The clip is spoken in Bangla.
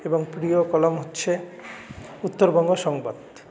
এবং প্রিয় কলম হচ্ছে উত্তরবঙ্গ সংবাদ